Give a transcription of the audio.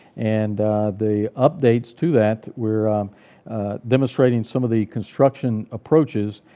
and the updates to that, we're demonstrating some of the construction approaches,